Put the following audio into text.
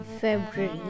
February